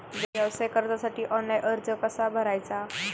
व्यवसाय कर्जासाठी ऑनलाइन अर्ज कसा भरायचा?